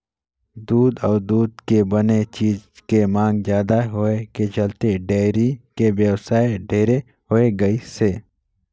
दूद अउ दूद के बने चीज के मांग जादा होए के चलते डेयरी के बेवसाय ढेरे होय गइसे